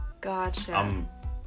Gotcha